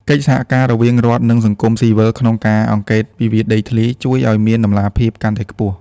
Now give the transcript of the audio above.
កិច្ចសហការរវាងរដ្ឋ និងសង្គមស៊ីវិលក្នុងការអង្កេតវិវាទដីធ្លី ជួយឱ្យមានតម្លាភាពកាន់តែខ្ពស់។